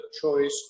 choice